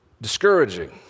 discouraging